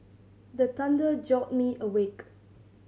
the thunder jolt me awake